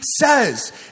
says